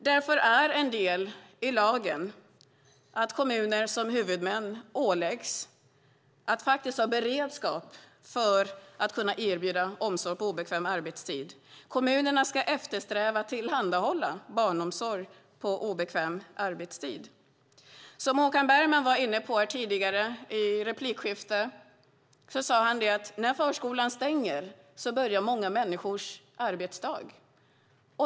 Därför är det en del av lagen att kommuner som huvudmän åläggs att ha beredskap för att kunna erbjuda omsorg på obekväm arbetstid. Kommunerna ska eftersträva att tillhandahålla barnomsorg på obekväm arbetstid. Håkan Bergman sade i ett replikskifte att många människors arbetsdag börjar när förskolan stänger.